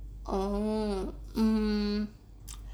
oh um